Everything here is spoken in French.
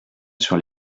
sur